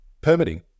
permitting